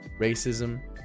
racism